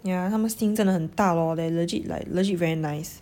yeah 他们 sing 真的很大 lor like legit like legit very nice